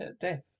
death